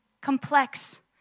complex